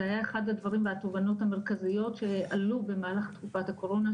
זה היה אחד הדברים והתובנות המרכזיות שעלו במהלך תקופת הקורונה,